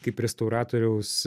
kaip restauratoriaus